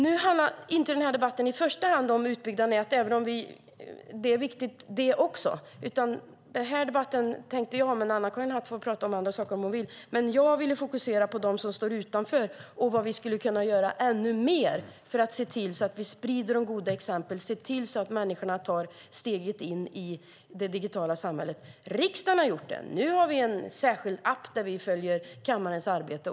Den här debatten handlar dock inte i första hand om en utbyggnad av näten, även om också det är viktigt. Med den här debatten ville jag - Anna-Karin Hatt får tala om andra saker om hon vill det - fokusera på dem som står utanför och på vad vi ännu mer skulle kunna göra för att se till att vi sprider de goda exemplen och för att se till att människorna tar steget in i det digitala samhället. Riksdagen har gjort det. Vi har nu en särskild app där vi följer kammarens arbete.